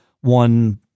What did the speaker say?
one